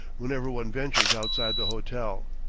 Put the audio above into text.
whenever one ventures outside the hotel.